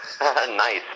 Nice